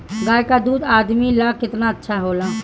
गाय का दूध आदमी ला कितना अच्छा होला?